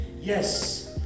Yes